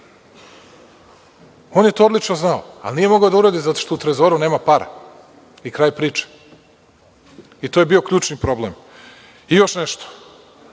On je to odlično znao, ali nije mogao da uradi zato što u Trezoru nema para i kraj priče. To je bio ključni problem. Još nešto.